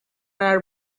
are